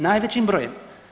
Najvećim brojem.